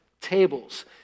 tables